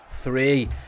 three